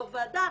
בוועדה,